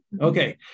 Okay